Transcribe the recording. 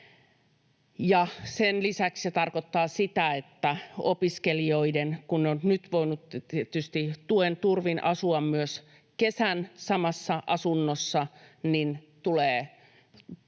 Sen lisäksi se tarkoittaa sitä, että opiskelijoille, kun he ovat nyt voineet tietysti tuen turvin asua myös kesän samassa asunnossa, tulee tarve